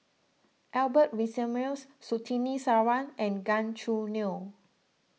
Albert Winsemius Surtini Sarwan and Gan Choo Neo